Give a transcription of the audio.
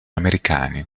americani